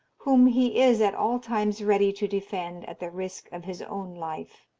whom he is at all times ready to defend at the risk of his own life.